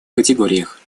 категориях